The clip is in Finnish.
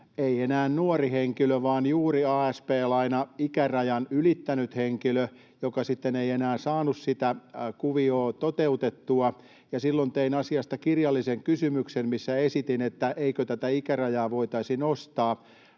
ei enää nuori henkilö vaan juuri asp-lainaikärajan ylittänyt henkilö, joka sitten ei enää saanut sitä kuviota toteutettua. Silloin tein asiasta kirjallisen kysymyksen, missä esitin, että eikö tätä ikärajaa voitaisi nostaa.